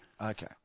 Okay